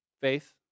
Faith